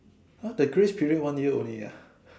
!huh! the grace period one year only ah